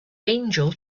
angel